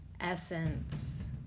essence